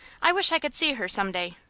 i wish i could see her some day.